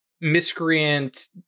miscreant